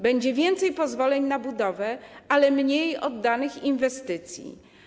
Będzie więcej pozwoleń na budowę, ale mniej oddanych inwestycji.